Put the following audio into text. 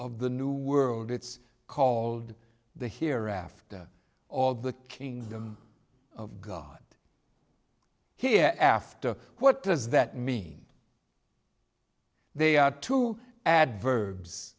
of the new world its called the hereafter all the kingdom of god here after what does that mean they are to add verbs